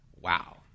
Wow